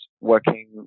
working